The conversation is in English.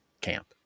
camp